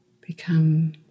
Become